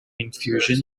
infusions